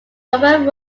roman